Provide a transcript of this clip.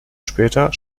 später